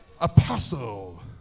Apostle